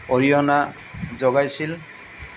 অৰিহণা যোগাইছিল